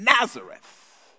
Nazareth